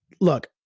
look